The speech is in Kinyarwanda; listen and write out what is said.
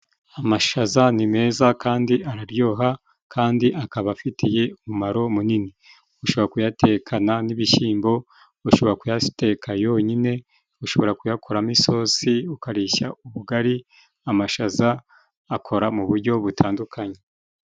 Amashaza ni meza kandi araryoha kandi akaba afitiye umumaro munini ushobora kuyatekana n'ibishyimbo, ushobora kuyateka yonyine, ushobora kuyakoramo isosi ukarishya ubugari, amashaza akora mu bujyo butandukanye.